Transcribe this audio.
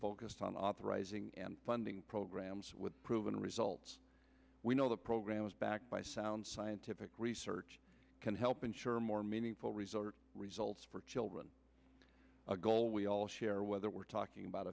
focused on authorizing and funding programs with proven results we know the programs backed by sound scientific research can help ensure more meaningful results results for children a goal we all share whether we're talking about